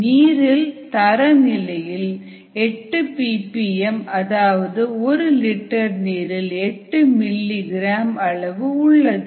நீரில் தரநிலையில் 8 p p m அதாவது ஒரு லிட்டர் நீரில் 8 மில்லி கிராம் அளவு 8mgl உள்ளது